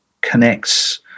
connects